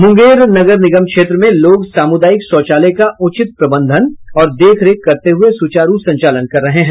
मुंगेर नगर निगम क्षेत्र में लोग सामुदायिक शौचालय का उचित प्रबंधन और देखरेख करते हुए सुचारू संचालन कर रहे हैं